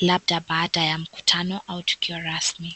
labda baada ya mkutano au tukio rasmi.